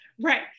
right